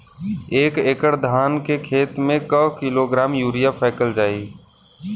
एक एकड़ धान के खेत में क किलोग्राम यूरिया फैकल जाई?